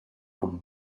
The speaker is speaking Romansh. cun